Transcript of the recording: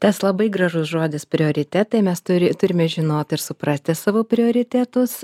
tas labai gražus žodis prioritetai mes turi turime žinot ir suprasti savo prioritetus